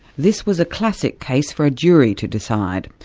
this was a classic case for a jury to decide.